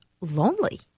lonely